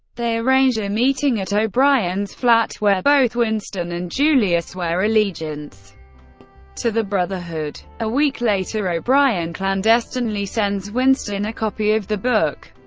they arrange a meeting at o'brien's flat where both winston and julia swear allegiance to the brotherhood. a week later, o'brien clandestinely sends winston a copy of the book,